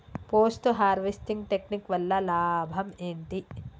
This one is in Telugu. పోస్ట్ హార్వెస్టింగ్ టెక్నిక్ వల్ల లాభం ఏంటి?